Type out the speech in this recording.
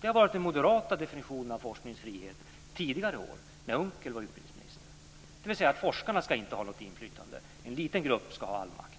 Det har varit den moderata definitionen av forskningens frihet under tidigare år, när Per Unckel var utbildningsminister. Forskarna ska inte ha något inflytande utan en liten grupp ska ha all makt.